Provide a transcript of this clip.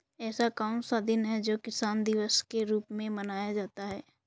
ऐसा कौन सा दिन है जो किसान दिवस के रूप में मनाया जाता है?